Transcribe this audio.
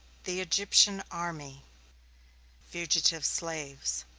the egyptian army fugitive slaves